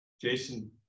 Jason